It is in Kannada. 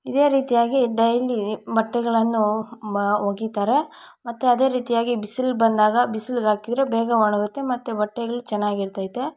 ಇದೇ ರೀತಿಯಾಗಿ ಡೈಲಿ ಬಟ್ಟೆಗಳನ್ನು ಒಗಿತಾರೆ ಮತ್ತು ಅದೇ ರೀತಿಯಾಗಿ ಬಿಸಿಲು ಬಂದಾಗ ಬಿಸಿಲ್ಗೆ ಹಾಕಿದರೆ ಬೇಗ ಒಣಗುತ್ತೆ ಮತ್ತು ಬಟ್ಟೆಗ್ಳು ಚೆನ್ನಾಗಿರ್ತೈತೆ